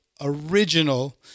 original